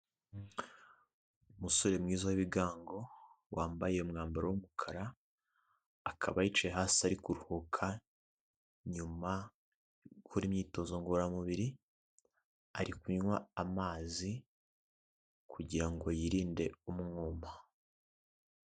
Umusore mwiza w'ibigango wambaye umwambaro w'umukara akaba yicaye hasi ari kuruhuka nyuma yo gukora imyitozo ngororamubiri ari kunywa amazi kugira ngo yirinde umwuma.